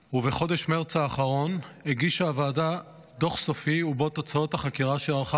ובחודש מרס האחרון הגישה הוועדה דוח סופי ובו תוצאות החקירה שערכה,